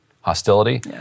hostility